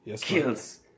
kills